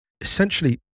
Essentially